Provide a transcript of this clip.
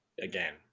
again